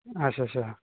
अच्छा अच्छा